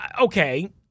okay